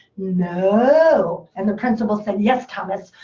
no. and the principal said, yes, thomas.